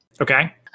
okay